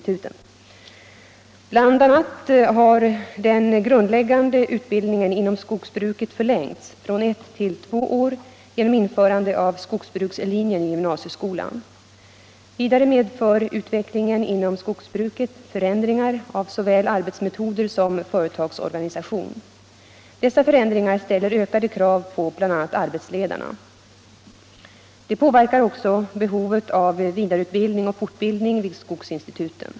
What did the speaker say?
BI. a. har den grundläggande utbildningen inom skogsbruket förlängts från ett till två år genom införande av skogsbrukslinjen i gymnasieskolan. Vidare medför utvecklingen inom skogsbruket förändringar av såväl arbetsmetoder som företagsorganisation. Dessa förändringar ställer ökade krav på bl.a. arbetsledarna. De påverkar också behovet av vidareutbildning och fortbildning vid skogsinstituten.